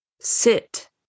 sit